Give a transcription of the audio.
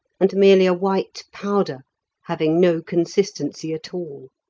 and merely a white powder having no consistency at all.